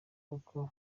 kuko